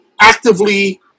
actively